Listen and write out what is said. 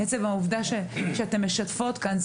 עצם העובדה שאתן משתפות כאן,